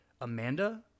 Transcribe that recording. Amanda